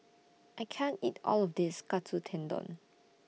I can't eat All of This Katsu Tendon